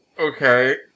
Okay